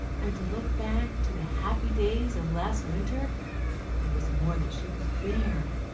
and to look back to the happy days of last winter was more than she could bear.